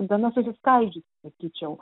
gana susiskaldžius sakyčiau